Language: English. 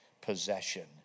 possession